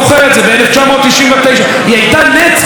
היא הייתה נץ, חבר הכנסת טיבי, היא הייתה נץ.